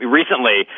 recently